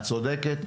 את צודקת,